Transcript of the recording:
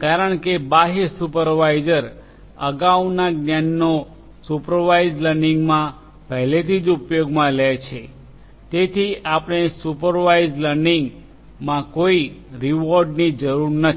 કારણ કે બાહ્ય સુપરવાઇઝર અગાઉના જ્ઞાનનો સુપરવાઇઝડ લર્નિંગ માં પહેલેથી જ ઉપયોગમાં લે છે તેથી આપણે સુપરવાઇઝડ લર્નિંગમાં કોઈ રીવોર્ડની જરૂર નથી